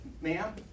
ma'am